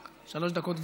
גילאון.